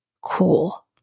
cool